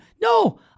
No